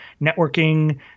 networking